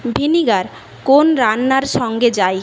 vinegar কোন রান্নার সঙ্গে যায়